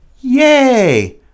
Yay